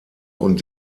und